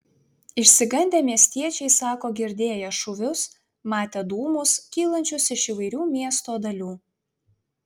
išsigandę miestiečiai sako girdėję šūvius matę dūmus kylančius iš įvairių miesto dalių